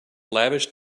lavish